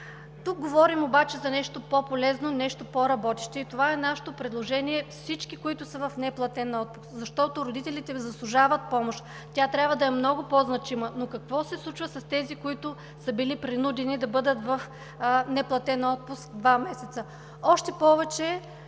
Тук говорим обаче за нещо по-полезно, нещо по-работещо и това е нашето предложение – всички, които са в неплатен отпуск, защото родителите заслужават помощ, тя трябва да е много по-значима. Но какво се случва с тези, които са били принудени да бъдат в неплатен отпуск два месеца? Още повече